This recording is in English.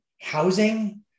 housing